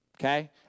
okay